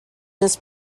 this